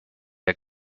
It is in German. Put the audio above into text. der